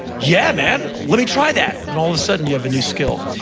yeah, man! let me try that! and all of a sudden, you have a new skill.